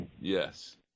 Yes